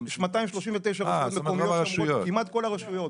239 רשויות מקומיות, כמעט כל הרשויות.